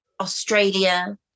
Australia